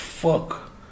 Fuck